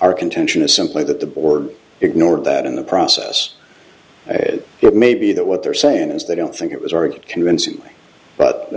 our contention is simply that the board ignored that in the process it may be that what they're saying is they don't think it was or get convincingly but